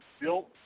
built